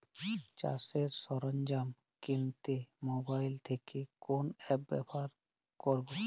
চাষের সরঞ্জাম কিনতে মোবাইল থেকে কোন অ্যাপ ব্যাবহার করব?